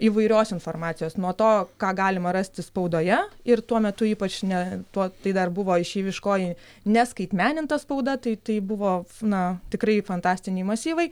įvairios informacijos nuo to ką galima rasti spaudoje ir tuo metu ypač ne tuo tai dar buvo išeiviškoji neskaitmeninta spauda tai tai buvo na tikrai fantastiniai masyvai